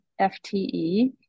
FTE